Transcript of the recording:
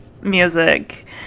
music